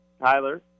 Tyler